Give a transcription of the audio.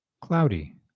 Cloudy